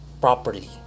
properly